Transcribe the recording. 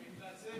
אני מתנצל,